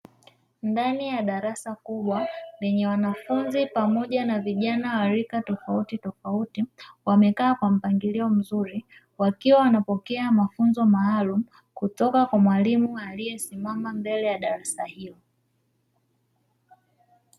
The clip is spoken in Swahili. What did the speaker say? Ndani ya darasa kubwa lenye wanafunzi pamoja na vijana wa rika tofautitofauti, wamekaa kwa mpangilio mzuri, wakiwa wanapokea mafunzo maalumu, kutoka kwa mwalimu aliyesimama mbele ya darasa hilo.